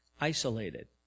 isolated